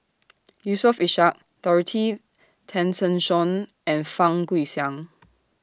Yusof Ishak Dorothy Tessensohn and Fang Guixiang